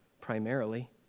primarily